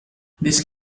this